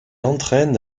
entraîne